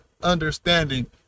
understanding